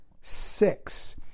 six